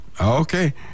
Okay